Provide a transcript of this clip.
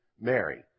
Mary